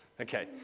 Okay